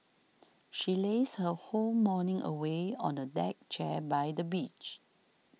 she lazed her whole morning away on a deck chair by the beach